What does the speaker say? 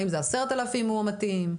האם זה 10,000 מאומתים?